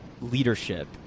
leadership